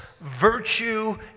virtue